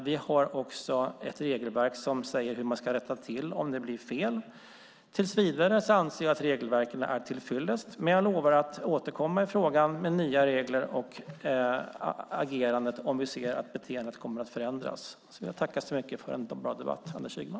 Vi har ett regelverk som säger hur man ska rätta till det som blir fel. Tills vidare anser jag att regelverken är till fyllest, men jag lovar att återkomma i frågan med nya regler och agerande om vi ser att beteendet kommer att förändras. Jag vill tacka för en bra debatt, Anders Ygeman.